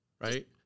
Right